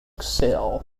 cell